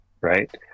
Right